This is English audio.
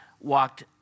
walked